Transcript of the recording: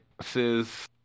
says